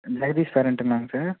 ஜெகதீஷ் பேரண்ட்டுங்களாங்க சார்